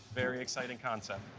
very exciting concept.